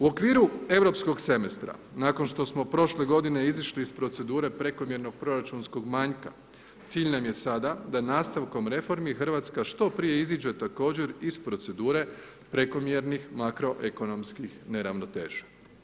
U okviru Europskog semestra, nakon što smo prošle godine izišli iz procedure prekomjernog proračunskog manjka, cilj nam je sada da nastavkom reformi, RH što prije iziđe, također, iz procedure prekomjernih makroekonomskih neravnoteža.